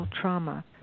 trauma